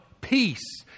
peace